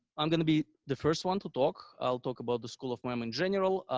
i'm going to be the first one to talk. i'll talk about the school of mem in general.